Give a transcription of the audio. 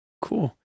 Cool